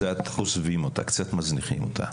עוזבים אותה, קצת מזניחים אותה.